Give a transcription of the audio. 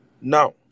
Now